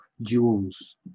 jewels